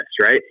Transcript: right